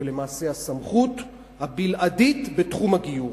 ולמעשה הסמכות הבלעדית בתחום הגיור,